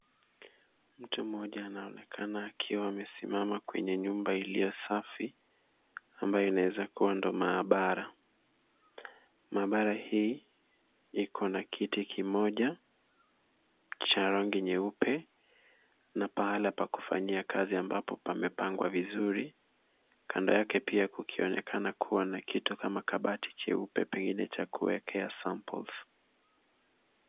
Mtu mmoja ana onekana akiwa amesimama kwenye nyumba iliyo safi ambayo inaweza kuwa ndio ni maabara. Maabara hii iko na kiti kimoja cha rangi nyeupe na pahala pa kufanyia kazi ambapo pamepangwa vizruri. Kando yake pia kukionekana kuwa na kito kama kabati cheupe pengine cha kuekea samples .